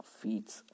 feet